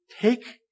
Take